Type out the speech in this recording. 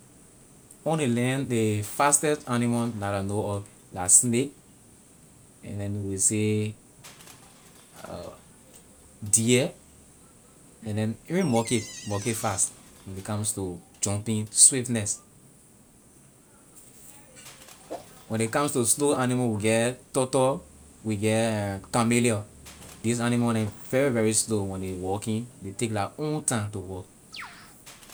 On ley land the fastest animal that I know of la snake and then they will say uh deer and then even monkey monkey fast when it comes to jumping swiftness. when ley comes to slow animal animal we get turtle we get eh chameleon these animal neh very very slow when they walking ley take their own time to walk.